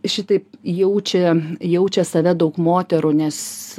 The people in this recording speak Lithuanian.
šitaip jaučia jaučia save daug moterų nes